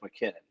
McKinnon